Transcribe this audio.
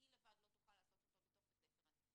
היא לבד לא תוכל לעשות זאת בתוך בית הספר.